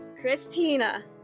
Christina